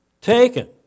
Taken